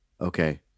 Okay